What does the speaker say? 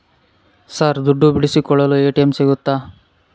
Sir ದುಡ್ಡು ಬಿಡಿಸಿಕೊಳ್ಳಲು ATM ಸಿಗುತ್ತಾ?